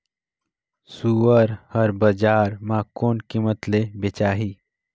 सुअर हर बजार मां कोन कीमत ले बेचाही?